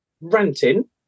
ranting